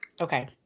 Okay